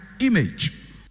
image